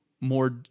more